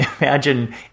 imagine